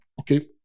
okay